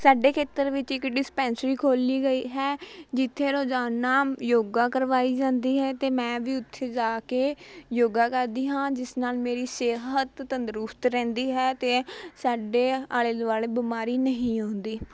ਸਾਡੇ ਖੇਤਰ ਵਿੱਚ ਇੱਕ ਡਿਸਪੈਂਸ਼ਰੀ ਖੋਲ੍ਹੀ ਗਈ ਹੈ ਜਿੱਥੇ ਰੋਜ਼ਾਨਾ ਯੋਗਾ ਕਰਵਾਈ ਜਾਂਦੀ ਹੈ ਅਤੇ ਮੈਂ ਵੀ ਉੱਥੇ ਜਾ ਕੇ ਯੋਗਾ ਕਰਦੀ ਹਾਂ ਜਿਸ ਨਾਲ਼ ਮੇਰੀ ਸਿਹਤ ਤੰਦਰੁਸਤ ਰਹਿੰਦੀ ਹੈ ਅਤੇ ਸਾਡੇ ਆਲ਼ੇ ਦੁਆਲ਼ੇ ਬਿਮਾਰੀ ਨਹੀਂ ਹੁੰਦੀ